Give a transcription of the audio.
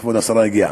כבוד השרה הגיעה.